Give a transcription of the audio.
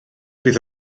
bydd